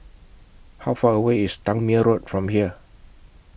How Far away IS Tangmere Road from here